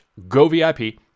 govip